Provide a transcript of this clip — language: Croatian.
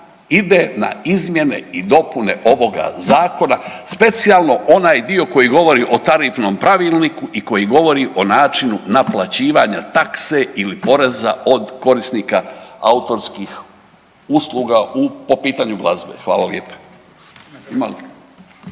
ide na izmjene i dopune ovoga zakona, specijalno onaj dio koji govori o tarifnom pravilniku i koji govori o načinu naplaćivanja takse ili poreza od korisnika autorskih usluga po pitanju glazbe. Hvala lijepa.